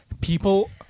People